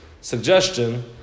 suggestion